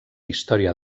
història